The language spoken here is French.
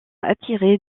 attirer